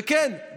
וכן,